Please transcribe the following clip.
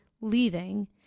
leaving